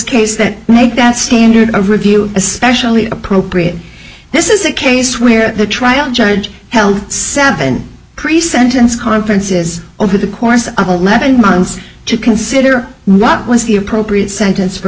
case that make that standard of review especially appropriate this is a case where the trial judge held seven pre sentence conferences over the course of eleven months to consider what was the appropriate sentence for